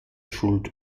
schuld